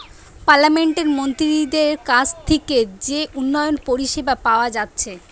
পার্লামেন্টের মন্ত্রীদের কাছ থিকে যে উন্নয়ন পরিষেবা পাওয়া যাচ্ছে